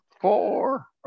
Four